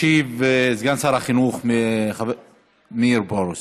ישיב סגן שר החינוך מאיר פרוש.